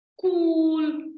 cool